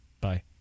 Bye